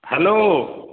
hello